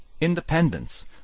Independence